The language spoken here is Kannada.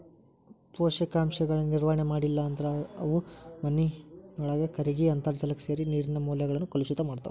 ಪೋಷಕಾಂಶಗಳ ನಿರ್ವಹಣೆ ಮಾಡ್ಲಿಲ್ಲ ಅಂದ್ರ ಅವು ಮಾನಿನೊಳಗ ಕರಗಿ ಅಂತರ್ಜಾಲಕ್ಕ ಸೇರಿ ನೇರಿನ ಮೂಲಗಳನ್ನ ಕಲುಷಿತ ಮಾಡ್ತಾವ